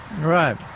Right